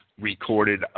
recorded